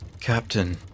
Captain